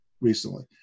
recently